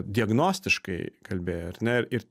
diagnostiškai kalbėjo ar ne ir